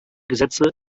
gesetze